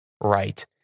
right